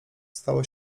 stało